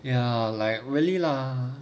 ya like really lah